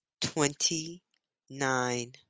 twenty-nine